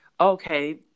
okay